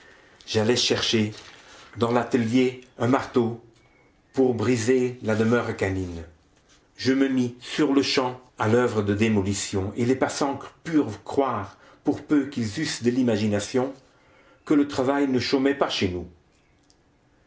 j'allai chercher dans l'atelier un marteau pour briser la demeure canine je me mis sur-le-champ à l'oeuvre de démolition et les passants purent croire pour peu qu'ils eussent de l'imagination que le travail ne chômait pas chez nous